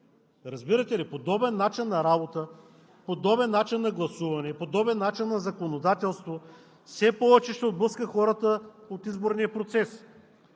Разбирате ли, че подобен начин на работа, подобен начин на гласуване, подобен начин на законодателство все повече ще отблъсква хората от изборния процес?